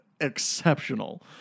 exceptional